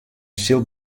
sil